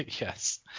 Yes